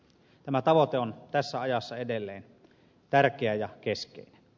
tämä tavoite on tässä ajassa edelleen tärkeä ja keskeinen